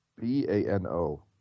B-A-N-O